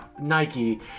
Nike